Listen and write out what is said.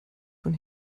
von